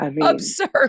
absurd